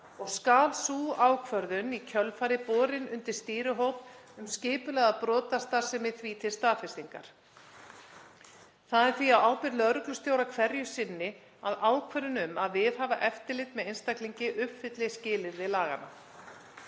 og skal sú ákvörðun í kjölfarið borin undir stýrihóp um skipulagða brotastarfsemi til staðfestingar. Það er því á ábyrgð lögreglustjóra hverju sinni að ákvörðun um að viðhafa eftirlit með einstaklingi uppfylli skilyrði laganna.